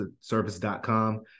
Service.com